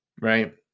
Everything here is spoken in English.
right